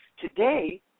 Today